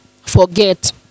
forget